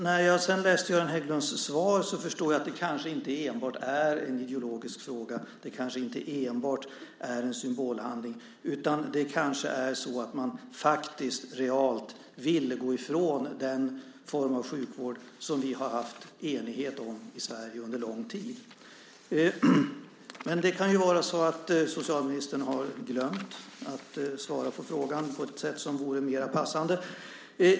När jag sedan läste Göran Hägglunds svar förstod jag att det kanske inte enbart är en ideologisk fråga. Det kanske inte enbart är en symbolhandling. Det kanske är så att man faktiskt realt vill gå ifrån den form av sjukvård som vi har haft enighet om i Sverige under lång tid. Man det kan vara så att socialministern har glömt att svara på frågan på ett sätt som vore mer passande.